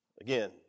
Again